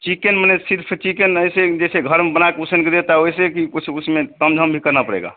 chicken माने सिर्फ chicken नहीं ऐसे जैसे घर में बनाकर उसनकर देता है वैसे कि कुछ उसमें तामझाम भी करना पड़ेगा